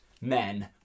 men